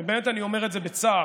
ובאמת אני אומר את זה בצער,